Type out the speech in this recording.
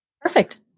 Perfect